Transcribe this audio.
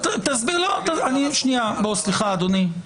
אדוני,